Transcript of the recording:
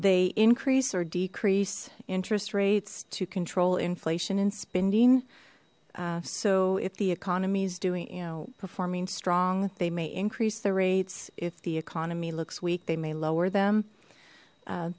they increase or decrease interest rates to control inflation and spending so if the economy is doing you know performing strong they may increase the rates if the economy looks weak they may lower them